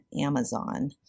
Amazon